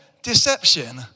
Deception